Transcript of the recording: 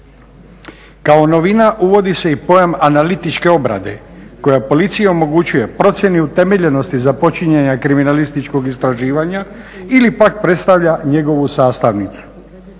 Kao novina uvodi se i pojam analitičke obrade koja policiji omogućuje procjenu utemeljenosti započinjanja kriminalističkog istraživanja ili pak predstavlja njegovu sastavnicu.